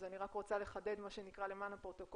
אז אני רק רוצה לחדד למען הפרוטוקול,